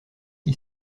qui